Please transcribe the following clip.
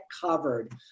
covered